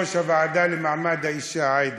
יושבת-ראש הוועדה למעמד האישה, עאידה,